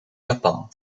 japan